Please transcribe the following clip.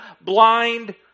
blind